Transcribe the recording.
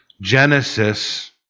Genesis